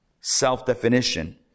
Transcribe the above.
self-definition